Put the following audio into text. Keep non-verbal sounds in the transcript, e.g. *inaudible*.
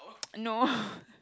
*noise* no *breath*